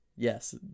Yes